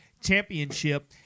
championship